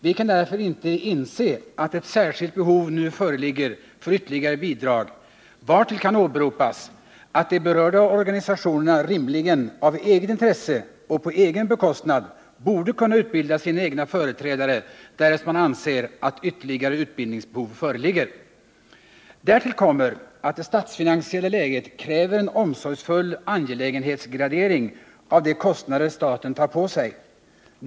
Vi kan därför inte inse att ett särskilt behov nu föreligger av ytterligare bidrag, vartill kan åberopas att de berörda organisationerna rimligen av eget intresse och på egen bekostnad borde kunna utbilda sina egna företrädare, därest man anser att ytterligare utbildningsbehov föreligger. Därtill kommer att det statsfinansiella läget kräver en omsorgsfull angelägenhetsgradering av de kostnader staten tar på sig.